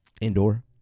Indoor